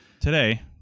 Today